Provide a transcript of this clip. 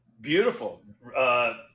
Beautiful